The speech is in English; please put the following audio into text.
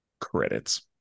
Credits